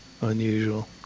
unusual